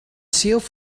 sealed